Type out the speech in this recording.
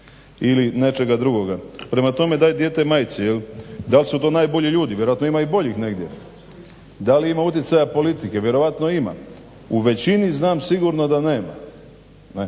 ili nečega drugoga. Prema tome, daj dijete majci. Dal su to najbolji ljudi, vjerojatno ima i boljih negdje, da li ima utjecaja politike, vjerojatno ima, u većini znam sigurno da nema. A